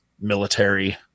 military